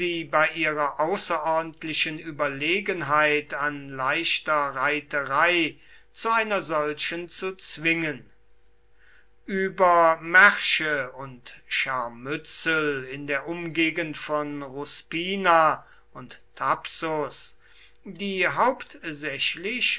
bei ihrer außerordentlichen überlegenheit an leichter reiterei zu einer solchen zu zwingen über märsche und scharmützel in der umgegend von ruspina und thapsus die hauptsächlich